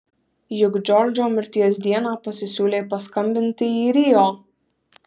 juk džordžo mirties dieną pasisiūlė paskambinti į rio